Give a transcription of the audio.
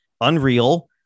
unreal